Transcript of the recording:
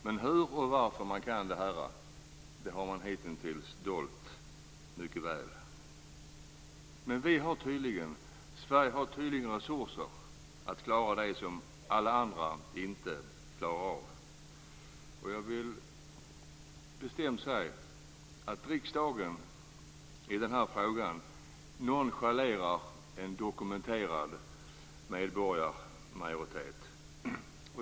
Men hur och varför man kan det här har man hitintills dolt mycket väl. Sverige har tydligen resurser att klara det som alla andra inte klarar av. Jag vill bestämt hävda att riksdagen i den här frågan nonchalerar en dokumenterad medborgarmajoritet.